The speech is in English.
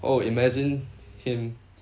oh imagine him